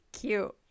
cute